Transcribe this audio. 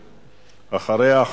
ואחריה,